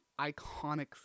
iconic